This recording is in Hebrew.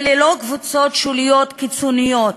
אלה לא רק קבוצות שוליות קיצוניות.